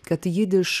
kad jidiš